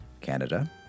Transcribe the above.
Canada